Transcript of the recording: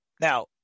Now